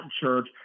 church